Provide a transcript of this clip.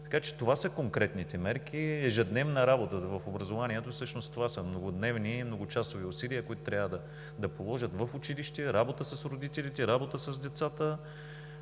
Това са конкретните мерки – ежедневна работа. В образованието всъщност това са многодневни и многочасови усилия, които трябва да положат в училище, работа с родителите, работа с децата.